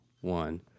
one